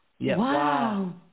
Wow